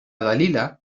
dalila